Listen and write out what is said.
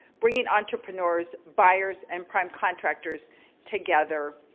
bringing entrepreneurs, buyers and prime contractors together.